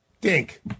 dink